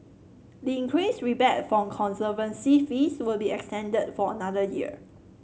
the increased rebate for conservancy fees will be extended for another year